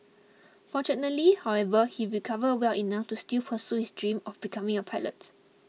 fortunately however he recovered well enough to still pursue his dream of becoming a pilot